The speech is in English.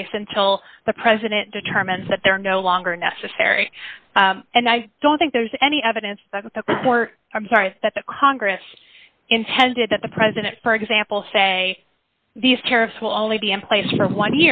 place until the president determines that they're no longer necessary and i don't think there's any evidence that the court i'm sorry that the congress intended that the president for example say these tariffs will only be in place for one